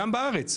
גם בארץ,